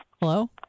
Hello